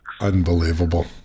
Unbelievable